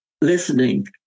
listening